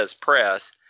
press